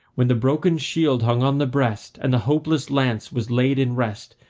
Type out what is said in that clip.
when the broken shield hung on the breast, and the hopeless lance was laid in rest,